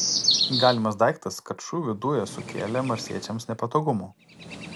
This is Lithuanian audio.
galimas daiktas kad šūvių dujos sukėlė marsiečiams nepatogumų